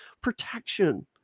protection